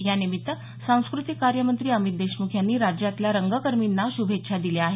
यानिमित्त सांस्कृतिक कार्य मंत्री अमित देशमुख यांनी राज्यातल्या रंगकर्मींना शुभेच्छा दिल्या आहेत